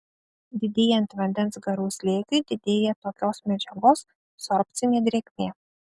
didėjant vandens garų slėgiui didėja tokios medžiagos sorbcinė drėgmė